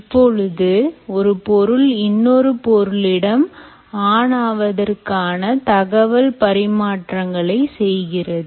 இப்பொழுது ஒரு பொருள் இன்னொரு பொருளிடம் ஆன் ஆவதற்கான தகவல் பரிமாற்றங்களை செய்கிறது